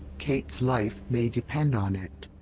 kate's life may depend on it.